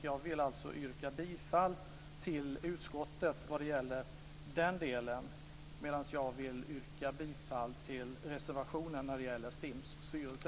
Jag vill alltså yrka bifall till utskottets hemställan i denna del, medan jag vill yrka bifall till reservationen när det gäller STIM:s styrelse.